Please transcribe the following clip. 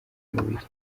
mubiri